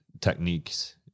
techniques